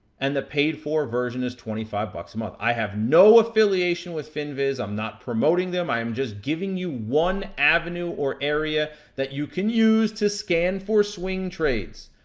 and the paid for version is twenty five bucks a month. i have no affiliation with finviz, i am not promoting them, i am just giving you one avenue or area that you can use to scan for swing trades.